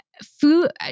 Food